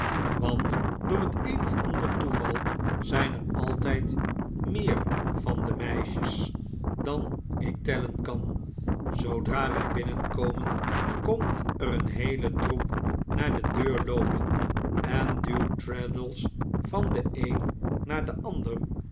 want door het een of andere toeval zijn er altijd meer van de meisjes dan ik tellen kan zoodra wij binnenkomen komt er een heele troep naar de deur loopen en duwt traddles van de een naar de ander